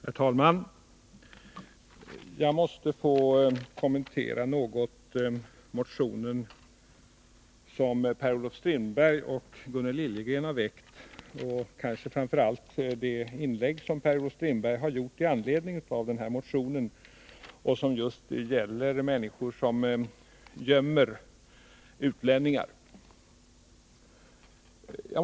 Herr talman! Jag måste något få kommentera den motion som Per-Olof Strindberg och Gunnel Liljegren har väckt och kanske framför allt det inlägg som Per-Olof Strindberg har gjort med anledning av motionen, som gäller människor som gömmer utlänningar.